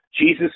Jesus